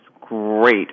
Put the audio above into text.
great